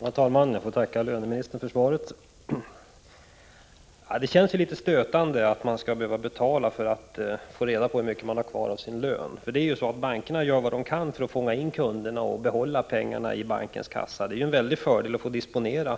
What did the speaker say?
Herr talman! Jag tackar löneministern för svaret. Det är litet stötande att man skall behöva betala för att få reda på hur mycket man har kvar av sin lön. Bankerna gör ju vad de kan för att fånga in kunderna och behålla pengarna i bankens kassa. Det är en stor fördel för bankerna att de får disponera